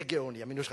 זה גאוני המינוי שלך.